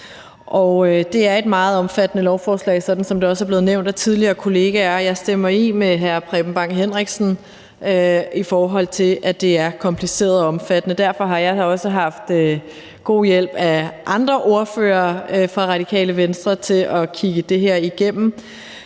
Det er et meget omfattende lovforslag, som det også er blevet nævnt tidligere af mine kollegaer, og jeg stemmer i med hr. Preben Bang Henriksen, i forhold til at det altså er kompliceret og omfattende. Derfor har jeg også fået god hjælp af andre ordførere fra Radikale Venstre til at kigge det her igennem,